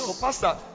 pastor